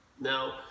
Now